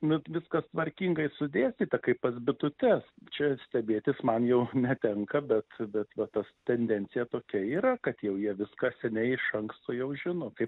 nu viskas tvarkingai sudėstyta kaip pas bitutes čia stebėtis man jau netenka bet bet va tas tendencija tokia yra kad jau jie viską seniai iš anksto jau žino kaip